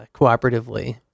cooperatively